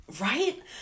right